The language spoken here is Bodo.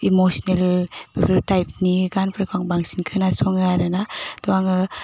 इम'सिनेल बेफोर टाइपनि गानफोरखौ आं बांसिन खोनासङो आरोना थह आङो